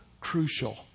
crucial